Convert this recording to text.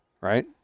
Right